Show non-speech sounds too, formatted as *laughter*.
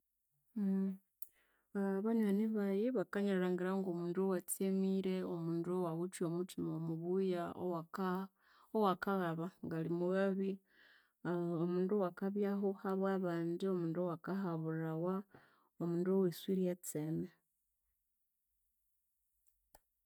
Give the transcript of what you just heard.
*hesitation* banywani bayi bakanyilhangira ngomundu watsemire, omundu owawithe omuthima mubuya owaka owakaghaba, ngali mughabi *hesitation* omundu owakabyahu habwabandi, omundu wakahabulhawa, omundu owaswirye etseme